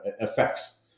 effects